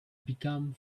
become